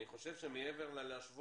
אני רוצה להסביר לך.